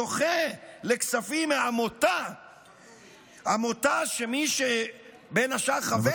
זוכה לכספים מעמותה שמי שבין השאר חבר בה הוא,